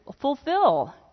fulfill